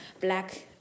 black